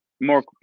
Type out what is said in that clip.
more